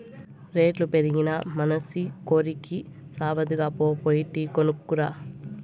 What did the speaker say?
రేట్లు పెరిగినా మనసి కోరికి సావదుగా, పో పోయి టీ కొనుక్కు రా